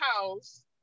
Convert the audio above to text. house